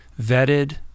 vetted